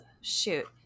shoot